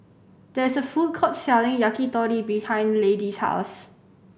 there is a food court selling Yakitori behind Lady's house